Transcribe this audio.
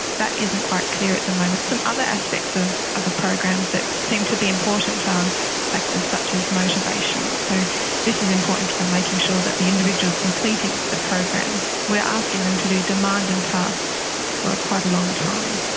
that isn't quite clear at the moment. some other aspects of a program that seem to be important are factors such as motivation. so this is important for making sure that the individuals are completing the program, we are asking them to do demanding tasks for quite a long time.